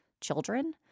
children